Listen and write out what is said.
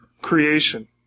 creation